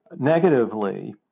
negatively